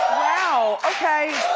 wow okay,